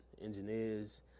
engineers